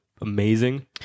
amazing